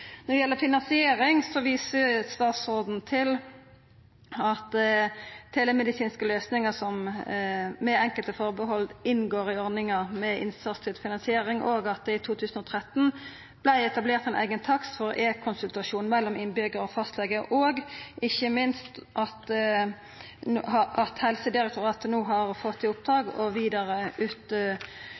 Når det gjeld finansiering, viser statsråden til at telemedisinske løysingar, med enkelte atterhald, inngår i ordninga med innsatsstyrt finansiering, og at det i 2013 vart etablert ein eigen takst for e-konsultasjon mellom innbyggjar og fastlege, og ikkje minst at Helsedirektoratet no har fått i oppdrag å vidareutvikla finansieringsordningar med sikte på å understøtta medisinsk praksis som følgje av teknologisk innovasjon, og